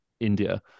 India